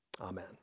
amen